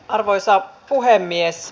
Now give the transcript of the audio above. arvoisa puhemies